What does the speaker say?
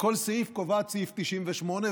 לכל סעיף קובעת סעיף 98,